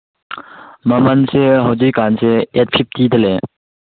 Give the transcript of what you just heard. ꯃꯃꯟꯁꯦ ꯍꯧꯖꯤꯛꯀꯥꯟꯁꯦ ꯑꯩꯠ ꯐꯤꯐꯇꯤꯗ ꯂꯩꯌꯦ